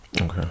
okay